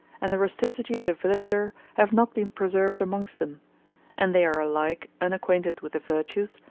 and the rusticity of the villager have not been preserved amongst them and they are alike unacquainted with the virtues,